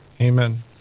amen